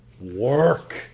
work